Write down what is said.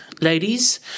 ladies